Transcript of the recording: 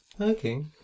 Okay